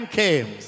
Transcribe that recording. came